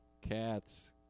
Cats